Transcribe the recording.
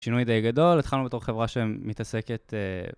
שינוי די גדול, התחלנו בתור חברה שמתעסקת...